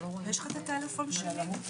הישיבה ננעלה בשעה